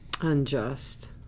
Unjust